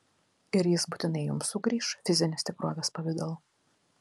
ir jis būtinai jums sugrįš fizinės tikrovės pavidalu